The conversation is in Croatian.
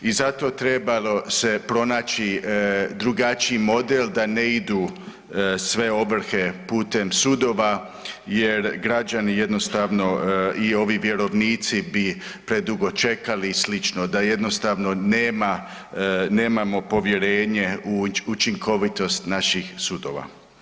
I zato trebalo se pronaći drugačiji model da ne idu sve ovrhe putem sudova jer građani jednostavno i ovi vjerovnici bi predugo čekali i sl., da jednostavno nema, nemamo povjerenje u učinkovitost naših sudova.